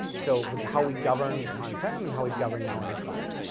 so how we govern on-prem and how we govern now in the cloud.